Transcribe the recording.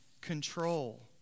Control